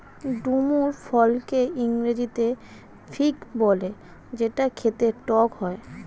ডুমুর ফলকে ইংরেজিতে ফিগ বলে যেটা খেতে টক হয়